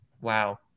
Wow